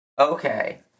Okay